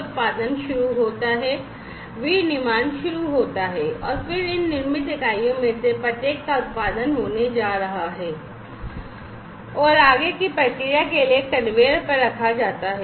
उत्पादन शुरू होता है विनिर्माण शुरू होता है और फिर इन निर्मित इकाइयों में से प्रत्येक का उत्पादन होने जा रहा है और आगे की प्रक्रिया के लिए कन्वेयर पर रखा जाता है